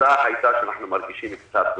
התוצאה היתה שאנחנו מרגישים קצת התרופפות.